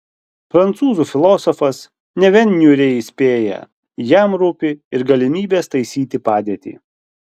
prancūzų filosofas ne vien niūriai įspėja jam rūpi ir galimybės taisyti padėtį